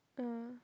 yeah